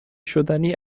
شدنی